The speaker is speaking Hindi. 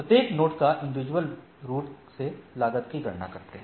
प्रत्येक नोड का इंडिविजुअल रूप से लागत की गणना करते है